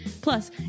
plus